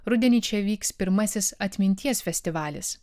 rudenį čia vyks pirmasis atminties festivalis